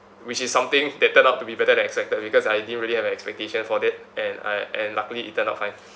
which is something that turn out to be better than expected because I didn't really have an expectation for it and I and luckily it turn out fine